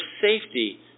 safety